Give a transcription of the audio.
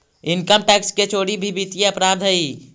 income tax के चोरी भी वित्तीय अपराध हइ